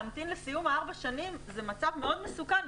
להמתין לסיום הארבע שנים זה מצב מאוד מסוכן,